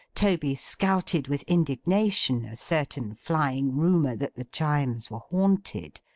toby scouted with indignation a certain flying rumour that the chimes were haunted,